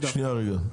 תודה.